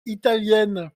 italienne